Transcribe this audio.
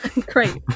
Great